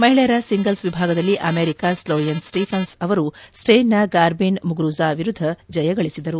ಮಹಿಳೆಯರ ಸಿಂಗಲ್ಸ್ ವಿಭಾಗದಲ್ಲಿ ಅಮೆರಿಕದ ಸ್ಲೋಯೇನ್ ಸ್ವೀಫನ್ಸ್ ಅವರು ಸ್ಪೇನ್ನ ಗಾರ್ಬಿನ್ ಮುಗುರುಜಾ ವಿರುದ್ದ ಗೆದ್ದರು